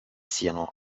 siano